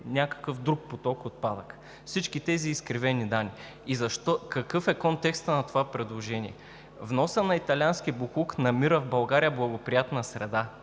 някакъв друг поток отпадък. Всички тези изкривени данни. Какъв е контекстът на това предложение? Вносът на италиански боклук намира в България благоприятна среда,